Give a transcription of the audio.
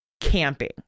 camping